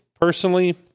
personally